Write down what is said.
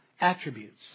attributes